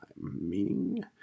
Meaning